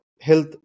health